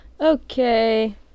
Okay